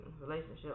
relationship